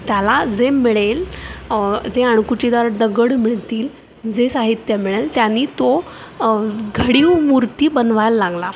त्याला जे मिळेल जे जे अणकुचीदार दगड मिळतील जे साहित्य मिळेल त्यांनी तो घडीव मूर्ती बनवायला लागला